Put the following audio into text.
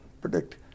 predict